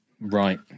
Right